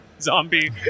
zombie